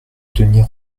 denys